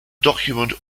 document